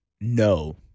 No